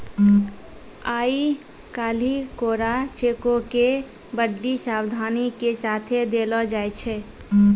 आइ काल्हि कोरा चेको के बड्डी सावधानी के साथे देलो जाय छै